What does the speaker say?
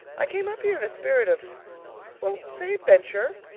i came up here in a spirit of well, say adventure,